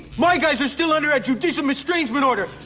my guys are still under a judicial mistrangement order!